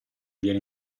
viene